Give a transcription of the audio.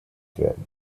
werden